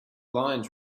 lines